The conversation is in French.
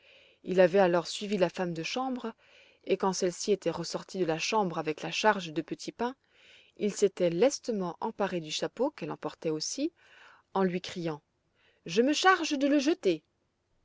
il avait alors suivi la femme de chambre et quand celle-ci était ressortie de la chambre avec la charge de petits pains il s'était lestement emparé du chapeau qu'elle emportait aussi en lui criant je me charge de le jeter